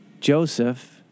Joseph